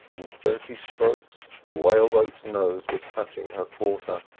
in thirty strokes the whaleboat's nose was touching her quarter.